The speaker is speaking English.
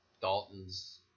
Dalton's